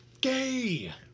Gay